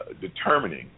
determining